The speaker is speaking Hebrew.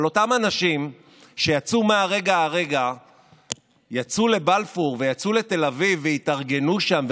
אבל אותם אנשים שיצאו מהרגע להרגע לבלפור ולתל אביב והתארגנו שם,